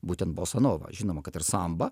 būtent bosanovą žinoma kad ir sambą